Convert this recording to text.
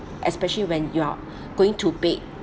especially when you're going to bed